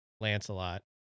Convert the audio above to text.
Lancelot